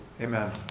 Amen